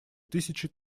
тысячи